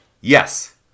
Yes